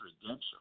redemption